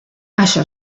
això